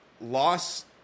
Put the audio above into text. lost